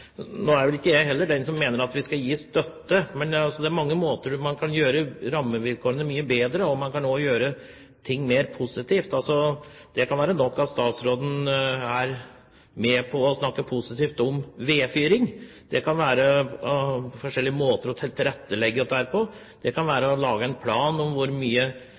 Nå er vel ikke jeg heller den som mener at vi skal gi støtte, men det er mange måter man kan gjøre rammevilkårene mye bedre på, og man kan også gjøre ting mer positivt. Det kan være nok at statsråden snakker positivt om vedfyring. Det kan være forskjellige måter å tilrettelegge dette på. Det kan være å lage en plan for hvor